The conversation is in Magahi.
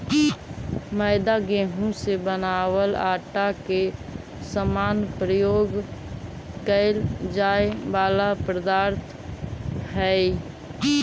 मैदा गेहूं से बनावल आटा के समान प्रयोग कैल जाए वाला पदार्थ हइ